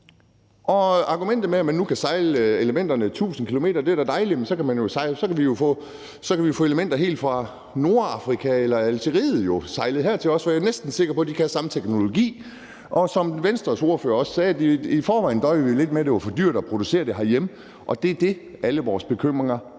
Til argumentet om, at man nu kan sejle elementerne 1.000 km, vil jeg sige, at det da er dejligt; så kan vi jo få elementer sejlet hertil helt fra Nordafrika, f.eks. Algeriet, for jeg er næsten sikker på, at de har den samme teknologi. Som Venstres ordfører også sagde, døjede vi jo i forvejen lidt med, at det var for dyrt at producere det herhjemme, og det er det, alle vores bekymringer